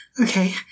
okay